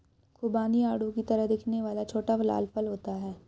खुबानी आड़ू की तरह दिखने वाला छोटा लाल फल होता है